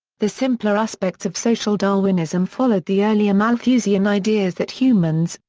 the simpler aspects of social darwinism followed the earlier malthusian ideas that humans,